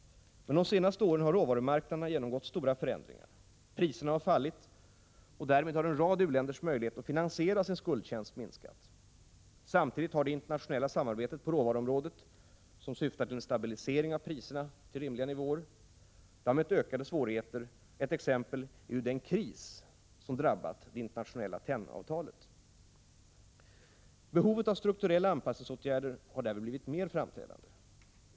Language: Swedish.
De senaste åren har råvarumarknaderna genomgått stora förändringar. Priserna har fallit, och därmed har en rad u-länders möjligheter att finansiera sin skuldtjänst minskat. Samtidigt har det internationella samarbetet på råvaruområdet — som syftar till stabilisering av priserna på rimliga nivåer — mött ökade svårigheter. Ett exempel härpå är den kris som drabbat det internationella tennavtalet. Behovet av strukturella anpassningsåtgärder har därmed blivit mer framträdande.